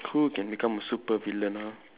who can become a super villain ah